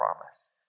promise